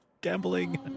Gambling